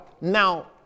Now